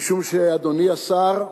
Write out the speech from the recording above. אדוני השר,